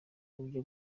ujya